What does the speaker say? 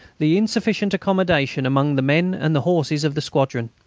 the insufficient accommodation among the men and the horses of the squadrons.